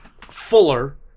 Fuller